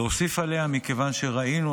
להוסיף עליה מכיוון שראינו,